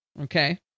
Okay